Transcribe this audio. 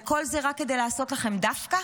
וכל זה רק כדי לעשות לכם דווקא?